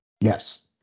yes